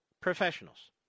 professionals